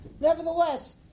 Nevertheless